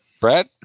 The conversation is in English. Brad